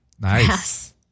Nice